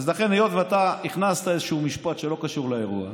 היות שאתה הכנסת איזשהו משפט שלא קשור לאירוע,